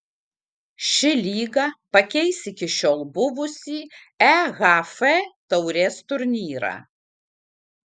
ši lyga pakeis iki šiol buvusį ehf taurės turnyrą